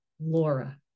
Laura